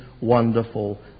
wonderful